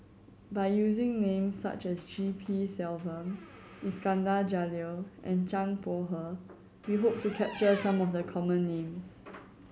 by using names such as G P Selvam Iskandar Jalil and Zhang Bohe we hope to capture some of the common names